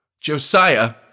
Josiah